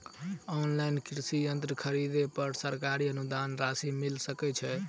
Online कृषि यंत्र खरीदे पर सरकारी अनुदान राशि मिल सकै छैय?